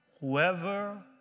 whoever